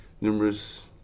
numerous